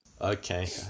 Okay